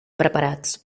preparats